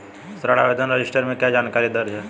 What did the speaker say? ऋण आवेदन रजिस्टर में क्या जानकारी दर्ज है?